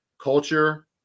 culture